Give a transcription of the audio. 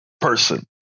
person